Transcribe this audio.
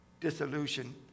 dissolution